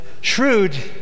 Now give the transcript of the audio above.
shrewd